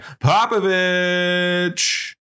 Popovich